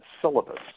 syllabus